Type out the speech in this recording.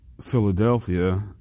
Philadelphia